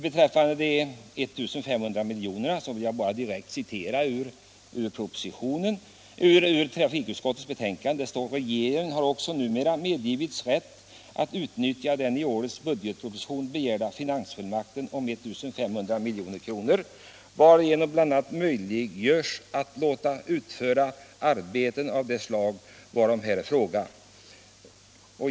Beträffande de 1 500 milj.kr. vill jag bara direkt citera följande ur trafikutskottets betänkande: ”Regeringen har också numera medgivits rätt att utnyttja den i årets budgetproposition begärda finansfullmakten om 1 500 milj.kr., varigenom bl.a. möjliggörs att låta utföra arbeten av det slag varom här är fråga.